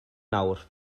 nawr